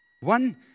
One